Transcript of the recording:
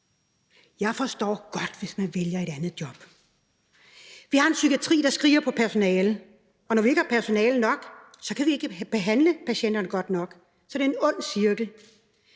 Jeg forstår godt, hvis man vælger et andet job. Vi har en psykiatri, der skriger på personale, og når vi ikke har personale nok, så kan vi ikke behandle patienterne godt nok, og så er det en ond cirkel.